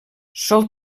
sol